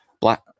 black